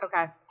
Okay